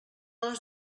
les